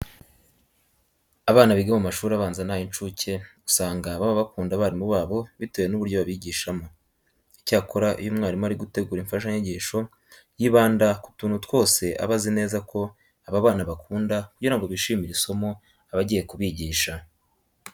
Abana biga mu mashuri abanza n'ay'incuke usanga baba bakunda abarimu babo bitewe n'uburyo babigishamo. Icyakora iyo umwarimu ari gutegura imfashanyigisho yibanda ku tuntu twose aba azi neza ko aba bana bakunda kugira ngo bishimire isomo aba agiye kubigisha.